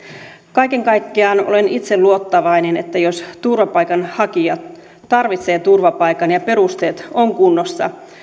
kaiken kaikkiaan olen itse luottavainen että jos turvapaikanhakija tarvitsee turvapaikan ja perusteet ovat kunnossa